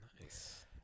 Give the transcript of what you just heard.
nice